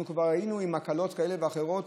אנחנו כבר היינו עם הקלות כאלה ואחרות,